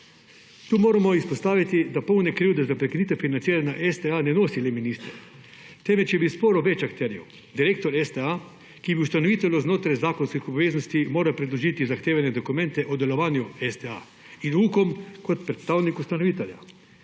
Tu moramo izpostaviti, da polne krivde za prekinitev financiranja STA ne nosi le minister, temveč je v sporu več akterjev; direktor STA, ki bi ustanovitelju znotraj zakonskih obveznosti moral predložiti zahtevane dokumente o delovanju STA, in Ukom kot predstavnik ustanovitelja.